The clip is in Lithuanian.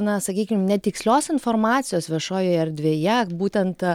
na sakykim netikslios informacijos viešojoje erdvėje būtent a